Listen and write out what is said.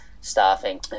staffing